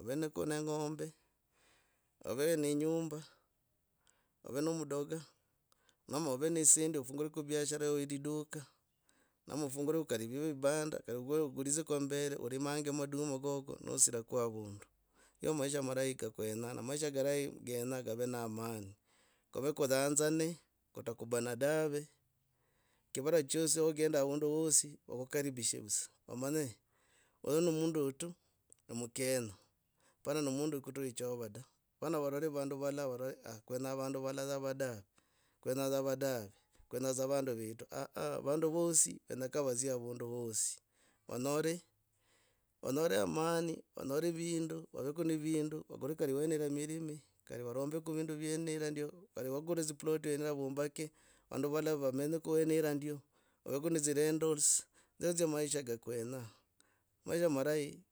Oveneko ne eng'ombe ov ne inyumba, ov nomudoga ama ov ne dzisendi ofungureko biashara ye liduka ama ofungureko kari vivo vibanda, kari agulzeko mambere olimange maduma gogo nosiraka avundu. Ndio maisha marahi ka kwenya. Na maisha marahi genyaa gave na amani. Kove kuranzane kutagubana dave kivara chosi wogendoa avundu hosi vakukaribisha vudza vamanye oyu no mundu wetu, nomukenya pana nomundu kutura echovwe tawe pana valore avandu valala vavore aah. Kwenya vandu valala dahe, kwenya yava dave kwenya dza vandu vetu. aah vandu vosi kenyaka vadzie avundu vosi onyore, onyore amari vanyore vindu vaveko nevindu, vakore karii ivenera mirimi kari varombeko vindu vyenera ndio. Kari vagule dzi ploti venyaa vamboke vandu valala vamenyeko vwenera ndio. Vaveko ne dzi rentols nzio dza maisha ka kwenyaa maisha marahi